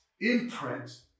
imprint